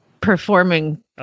performing